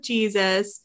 Jesus